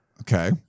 Okay